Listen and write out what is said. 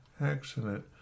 accident